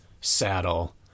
saddle